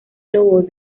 lobo